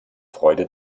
freude